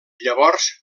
llavors